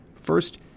First